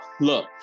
Look